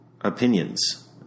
opinions